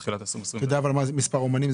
בתחילת 2021. אבל אתה יודע מהו מספר האמנים?